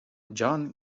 john